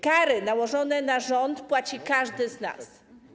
Kary nałożone na rząd płaci każdy z nas.